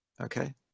okay